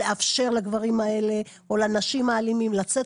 לאפשר לגברים האלה או לאנשים האלימים לצאת